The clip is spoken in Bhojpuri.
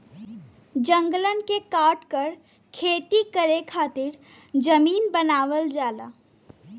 जंगलन के काटकर खेती करे खातिर जमीन बनावल जाला